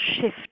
shift